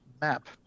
map